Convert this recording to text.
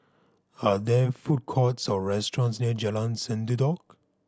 are there food courts or restaurants near Jalan Sendudok